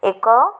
ଏକ